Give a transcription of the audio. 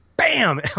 bam